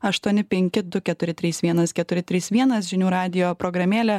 aštuoni penki du keturi trys vienas keturi trys vienas žinių radijo programėlė